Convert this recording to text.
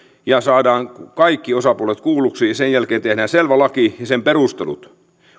ja saadaan kaikki osapuolet kuulluiksi ja sen jälkeen tehdään selvä laki ja sen perustelut